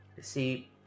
See